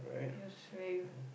it was very